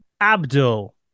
Abdul